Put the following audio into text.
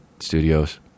Studios